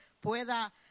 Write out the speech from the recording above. pueda